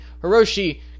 Hiroshi